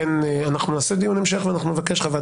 אנחנו נעשה דיון המשך ואנחנו נבקש חוות